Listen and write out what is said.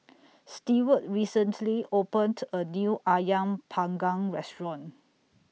Steward recently opened A New Ayam Panggang Restaurant